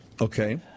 Okay